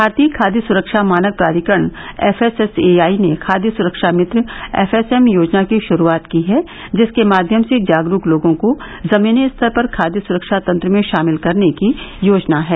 भारतीय खाद्य सुरक्षा मानक प्राधिकरण एफएसएआई ने खाद्य सुरक्षा मित्र एफएसएम योजना की शुरुआत की है जिसके माध्यम से जागरूक लोगों को जमीनी स्तर पर खाद्य सुरक्षा तंत्र में शामिल करने की योजना है